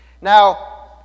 Now